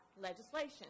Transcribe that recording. legislation